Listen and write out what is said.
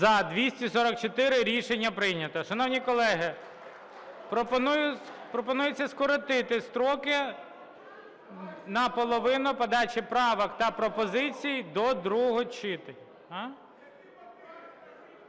За-244 Рішення прийнято. Шановні колеги, пропонується скоротити строки на половину подачі правок та пропозицій до другого читання.